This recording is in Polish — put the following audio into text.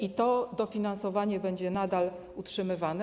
I to dofinansowanie będzie nadal utrzymywane.